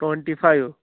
twenty five